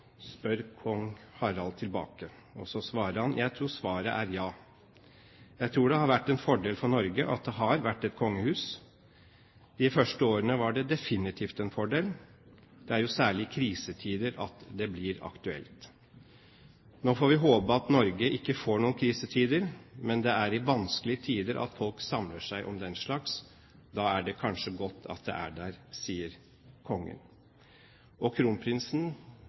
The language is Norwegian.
spør kong Harald tilbake. Så svarer han: «Jeg tror svaret er ja, faktisk. Jeg tror det har vært en fordel for Norge at det har vært et kongehus. De første årene var det definitivt en fordel. Det er jo særlig i krisetider at det blir aktuelt. Nå får vi håpe at Norge ikke får noen krisetider, men det er i vanskelige tider at folk samler seg om den slags. Da er det kanskje godt at det er der.»